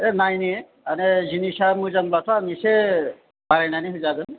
नायनि आरो जिनिसआ मोजांब्लाथ' आं एसे बारायनानै होजागोन